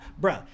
bro